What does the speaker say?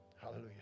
Hallelujah